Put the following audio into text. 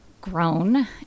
grown